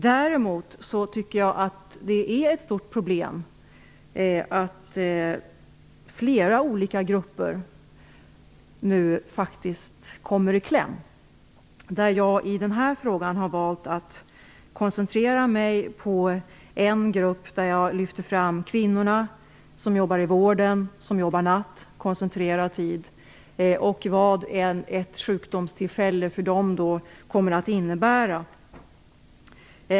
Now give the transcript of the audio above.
Däremot tycker jag att det är ett stort problem att flera olika grupper nu faktiskt kommer i kläm. Jag har i den här frågan valt att koncentrera mig på en grupp. Jag lyfter fram kvinnorna som jobbar inom vården, som jobbar natt, koncentrerad tid, och jag har sett på vad ett sjukdomstillfälle för dem kommer att innebära.